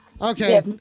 Okay